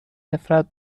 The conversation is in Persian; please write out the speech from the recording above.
نفرت